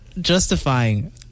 Justifying